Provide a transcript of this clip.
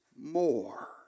more